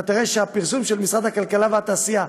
ותראה שהפרסום של משרד הכלכלה והתעשייה,